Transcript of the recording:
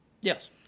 Yes